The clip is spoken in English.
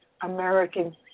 American